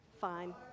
Fine